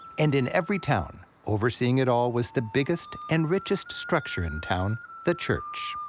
and in every town, overseeing it all was the biggest and richest structure in town the church.